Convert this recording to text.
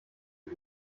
die